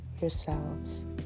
yourselves